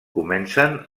comencen